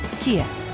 Kia